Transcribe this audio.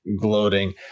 gloating